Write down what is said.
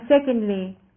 secondly